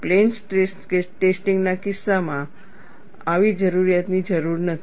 plane stress ટેસ્ટિંગના કિસ્સામાં આવી જરૂરિયાતની જરૂર નથી